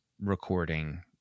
recording